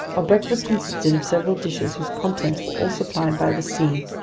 our breakfast consisted of several dishes whose contents were all supplied by the sea,